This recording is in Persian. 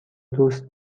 دوست